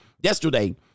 yesterday